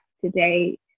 today